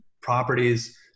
properties